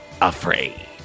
afraid